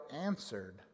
answered